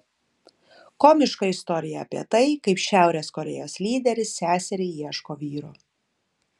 komiška istorija apie tai kaip šiaurės korėjos lyderis seseriai ieško vyro